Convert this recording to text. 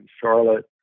Charlotte